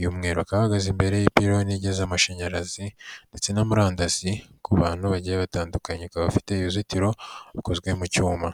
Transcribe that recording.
y'umweru, bakaba bahagaze imbere y'ipiloni igeza amashanyarazi ndetse na murandasi ku bantu bagiye batandukanye, ikaba ifite uruzitiro rukozwe mu cyuma.